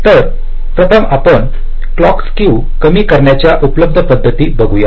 तर प्रथम आपण क्लोक्क स्केव कमी करण्याच्या उपलब्ध पद्धती बघूया